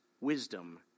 wisdom